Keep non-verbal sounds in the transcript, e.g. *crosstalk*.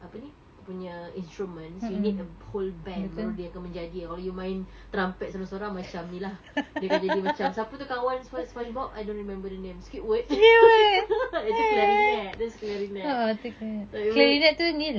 apa ni punya instruments you need a whole band baru dia akan menjadi or you main trumpet sorang-sorang macam ni lah dia dah jadi macam siapa tu kawan spo~ Spongebob I don't remember the name Squidward *laughs* tu clarinet that's clarinet so it will